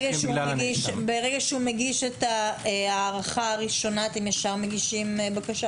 ברגע שהוא מגיש את ההארכה הראשונה אתם ישר מגישים בקשה